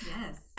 Yes